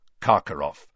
Karkaroff